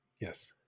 yes